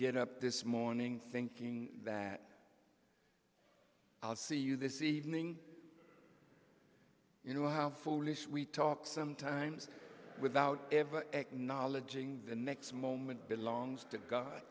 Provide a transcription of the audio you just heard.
get up this morning thinking that i'll see you this evening you know how foolish we talk sometimes without ever acknowledging the next moment belongs to god